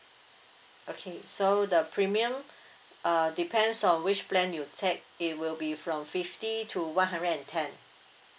okay so the premium uh depends on which plan you take it will be from fifty to one hundred and ten